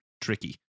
tricky